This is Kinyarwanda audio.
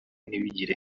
ntibigire